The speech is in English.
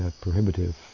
prohibitive